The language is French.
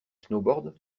snowboard